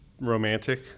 romantic